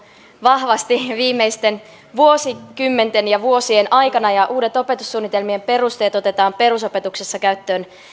vahvasti viimeisten vuosikymmenten ja vuosien aikana uudet opetussuunnitelmien perusteet otetaan perusopetuksessa käyttöön